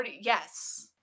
yes